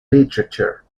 literature